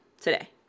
today